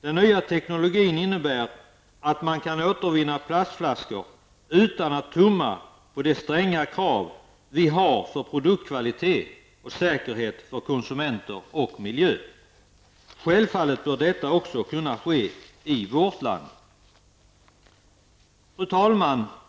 Den nya teknologin innebär att man kan återvinna plastflaskor utan att tumma på de stränga krav vi har för produktkvalitet och säkerhet för konsumenter och miljö. Självfallet bör detta kunna ske också i vårt land. Fru talman!